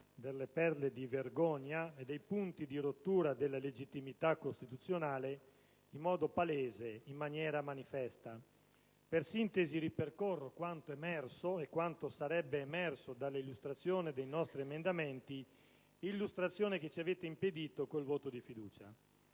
delle perle di vergogna e dei punti di rottura della legittimità costituzionale in modo palese, in maniera manifesta. Per sintesi ripercorro quanto emerso e quanto sarebbe emerso dall'illustrazione dei nostri emendamenti, illustrazione che ci avete impedito con il voto di fiducia.